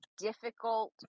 difficult